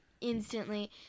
instantly